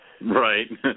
Right